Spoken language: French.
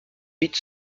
huit